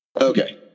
Okay